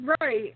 Right